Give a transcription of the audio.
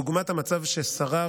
דוגמת המצב ששרר